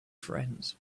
friends